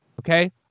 Okay